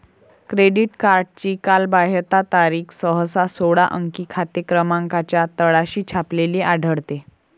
credit कार्डची कालबाह्यता तारीख सहसा सोळा अंकी खाते क्रमांकाच्या तळाशी छापलेली आढळते